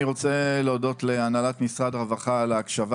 אני רוצה להודות להנהלת משרד הרווחה על ההקשבה